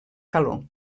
calor